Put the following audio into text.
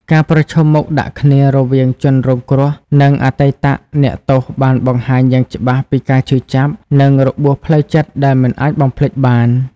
ការប្រឈមមុខដាក់គ្នារវាងជនរងគ្រោះ និងអតីតអ្នកទោសបានបង្ហាញយ៉ាងច្បាស់ពីការឈឺចាប់ និងរបួសផ្លូវចិត្តដែលមិនអាចបំភ្លេចបាន។